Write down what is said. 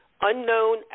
unknown